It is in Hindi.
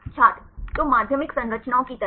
छात्र तो माध्यमिक संरचनाओं की तरह